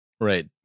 Right